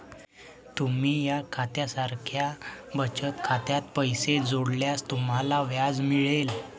तुम्ही या खात्या सारख्या बचत खात्यात पैसे जोडल्यास तुम्हाला व्याज मिळेल